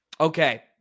Okay